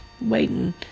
waiting